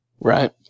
Right